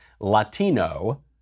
Latino